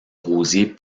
rosier